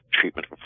treatment